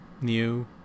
new